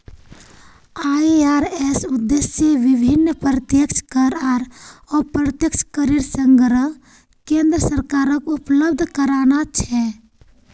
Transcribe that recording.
IRS उद्देश्य विभिन्न प्रत्यक्ष कर आर अप्रत्यक्ष करेर संग्रह केन्द्र सरकारक उपलब्ध कराना छे